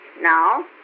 now